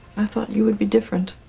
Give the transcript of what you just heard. i thought you would be different.